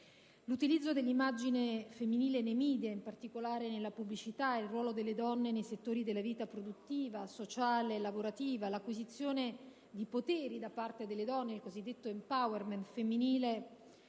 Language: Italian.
L'utilizzo dell'immagine femminile nei *media*,e in particolare nella pubblicità, e il ruolo donne nei settori della vita produttiva, sociale e lavorativa, l'acquisizione di poteri da parte delle donne (il cosiddetto *empowerment* femminile)